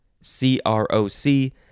C-R-O-C